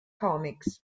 comics